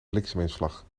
blikseminslag